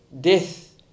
death